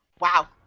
Wow